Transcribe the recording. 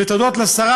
הודות לשרה,